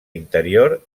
interior